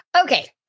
Okay